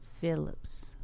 Phillips